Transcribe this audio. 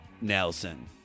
Nelson